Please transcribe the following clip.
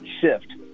shift